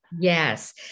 Yes